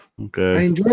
Okay